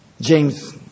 James